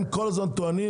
הם כל הזמן טוענים